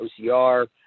OCR